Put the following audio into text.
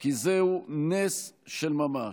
כי זהו נס של ממש,